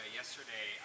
yesterday